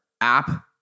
app